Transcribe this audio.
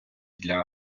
для